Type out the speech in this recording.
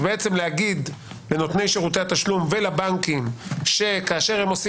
ולהגיד לנותני שירותי התשלום ולבנקים שכאשר הם עושים